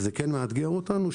וזה כן מאתגר אותנו,